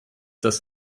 das